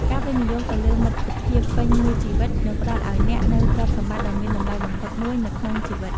ការវិនិយោគទៅលើមិត្តភាពពេញមួយជីវិតនឹងផ្តល់ឲ្យអ្នកនូវទ្រព្យសម្បត្តិដ៏មានតម្លៃបំផុតមួយនៅក្នុងជីវិត។